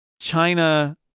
China